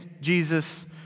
Jesus